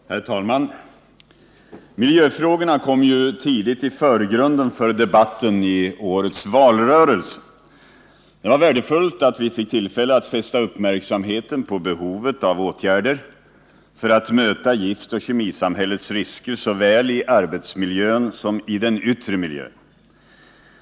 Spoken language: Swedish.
Herr talman! Miljöfrågorna kom ju tidigt i förgrunden för debatten i årets valrörelse. Det var värdefullt att vi fick tillfälle att fästa uppmärksamheten på behovet av åtgärder för att möta giftoch kemisamhällets risker såväl i arbetsmiljön som i den yttre miljön.